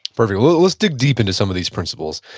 perfect. let's dig deep into some of these principles.